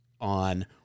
on